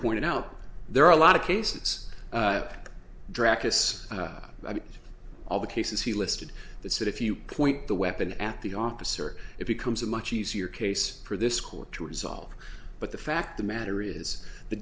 pointed out there are a lot of cases drac it's all the cases he listed that said if you point the weapon at the officer it becomes a much easier case for this court to resolve but the fact the matter is the